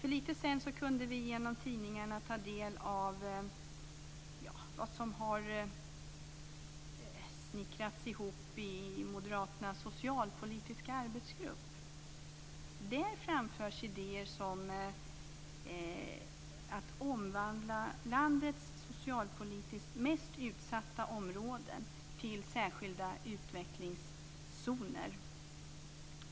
För lite sedan kunde vi i en av tidningarna ta del av vad som har snickrats ihop i moderaternas socialpolitiska arbetsgrupp. Där framförs idéer som att omvandla landets socialpolitiskt mest utsatta områden till särskilda utvecklingszoner.